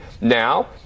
now